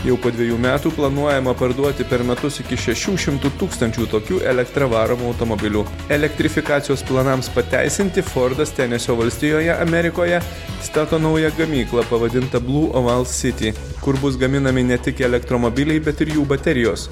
jau po dvejų metų planuojama parduoti per metus iki šešių šimtų tūkstančių tokių elektra varomų automobilių elektrifikacijos planams pateisinti fordas tenesio valstijoje amerikoje stato naują gamyklą pavadintą blu oval sity kur bus gaminami ne tik elektromobiliai bet ir jų baterijos